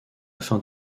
afin